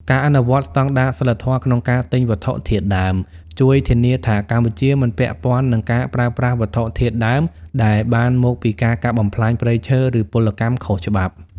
ការអនុវត្តស្ដង់ដារសីលធម៌ក្នុងការទិញវត្ថុធាតុដើម ជួយធានាថាកម្ពុជាមិនពាក់ព័ន្ធនឹងការប្រើប្រាស់វត្ថុធាតុដើមដែលបានមកពីការកាប់បំផ្លាញព្រៃឈើ ឬពលកម្មខុសច្បាប់។